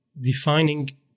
defining